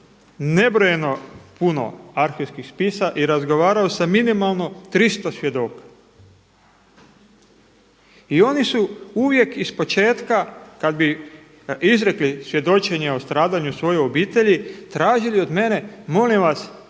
nebrojeno puno arhivskih spisa i razgovarao sa minimalno 300 svjedoka. I oni su vijek iz početka kada bi izrekli svjedočenje o stradanju svoje obitelji tražili od mene molim vas